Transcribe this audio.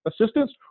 assistance